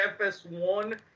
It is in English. FS1